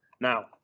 now